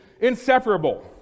inseparable